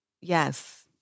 Yes